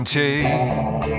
take